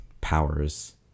powers